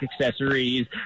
accessories